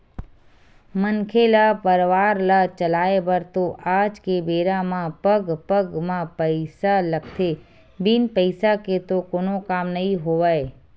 मनखे ल परवार ल चलाय बर तो आज के बेरा म पग पग म पइसा लगथे बिन पइसा के तो कोनो काम नइ होवय